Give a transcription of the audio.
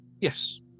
Yes